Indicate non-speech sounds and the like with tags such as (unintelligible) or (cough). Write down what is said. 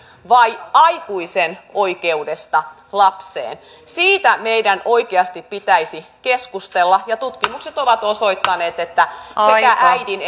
vai aikuisen oikeudesta lapseen siitä meidän oikeasti pitäisi keskustella tutkimukset ovat osoittaneet että sekä äidin (unintelligible)